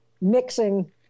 mixing